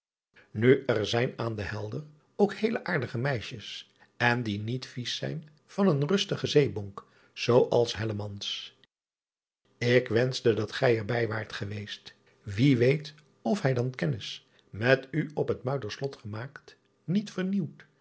u er zijn aan de elder ook heele aardige meis driaan oosjes zn et leven van illegonda uisman jes en die niet viesch zijn van een rustigen zeebonk zoo als k wenschte dat gij er bij waart geweest ie weet of hij dan de kennis met u op het uiderslot gemaakt niet vernieuwd